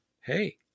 hey